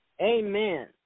Amen